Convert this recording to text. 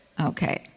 Okay